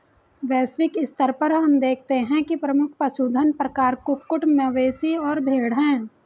वैश्विक स्तर पर हम देखते हैं कि प्रमुख पशुधन प्रकार कुक्कुट, मवेशी और भेड़ हैं